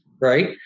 right